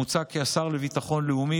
מוצע כי השר לביטחון לאומי,